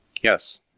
Yes